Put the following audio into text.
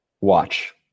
watch